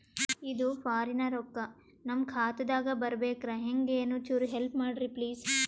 ಇದು ಫಾರಿನ ರೊಕ್ಕ ನಮ್ಮ ಖಾತಾ ದಾಗ ಬರಬೆಕ್ರ, ಹೆಂಗ ಏನು ಚುರು ಹೆಲ್ಪ ಮಾಡ್ರಿ ಪ್ಲಿಸ?